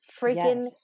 freaking